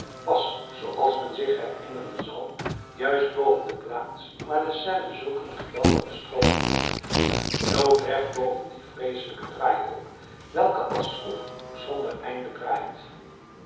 was zooals men zich herinneren zal juist boven de plaats waar de seine zulk een geweldige strooming heeft loodrecht boven die vreeselijke draaikolk welke als schroef zonder einde draait